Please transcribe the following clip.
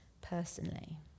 personally